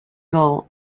goal